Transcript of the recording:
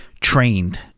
trained